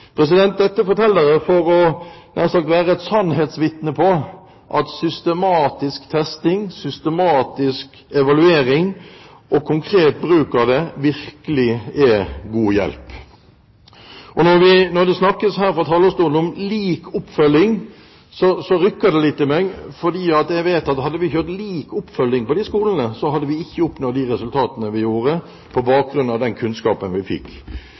Dette forteller jeg for – nær sagt – å være et sannhetsvitne på at systematisk testing, systematisk evaluering og konkret bruk av det virkelig er en god hjelp. Når det snakkes her fra talerstolen om lik oppfølging, så rykker det litt i meg, for jeg vet at hadde vi kjørt lik oppfølging på disse skolene, så hadde vi ikke oppnådd de resultatene vi gjorde, på bakgrunn av den kunnskapen vi fikk.